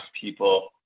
people